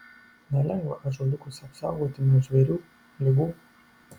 nelengva ąžuoliukus apsaugoti nuo žvėrių ligų